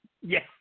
Yes